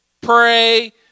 pray